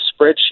spreadsheet